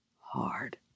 hard